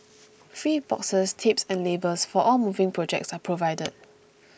free boxes tapes and labels for all moving projects are provided